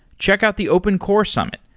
check out the open core summit,